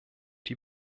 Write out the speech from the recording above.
die